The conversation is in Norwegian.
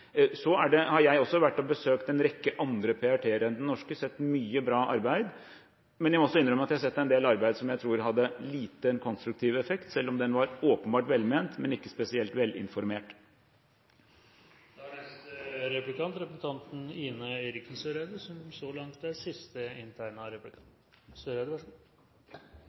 Så har jeg også vært og besøkt en rekke andre PRT-er enn den norske og sett mye bra arbeid. Jeg må også innrømme at jeg har sett en del arbeid som jeg tror hadde liten konstruktiv effekt, selv om den var åpenbart velment, men ikke spesielt velinformert. Det er ikke bare i denne salen vi diskuterer framtida. Sentralt plasserte afghanske kilder snakker også om at det er